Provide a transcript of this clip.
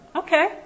okay